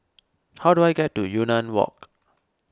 how do I get to Yunnan Walk